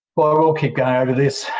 quarrel, keep going over this.